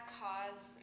cause